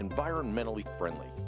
environmentally friendly